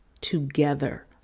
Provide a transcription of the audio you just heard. together